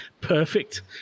perfect